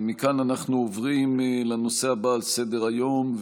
אנחנו עוברים לנושא הבא על סדר-היום,